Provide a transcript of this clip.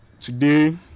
today